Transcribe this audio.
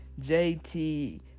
JT